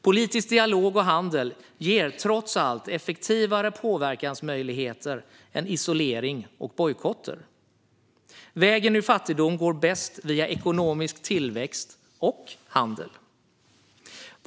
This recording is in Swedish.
Politisk dialog och handel ger trots allt effektivare påverkansmöjligheter än isolering och bojkotter. Vägen ur fattigdom går bäst via ekonomisk tillväxt och handel.